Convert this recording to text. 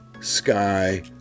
sky